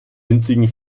winzigen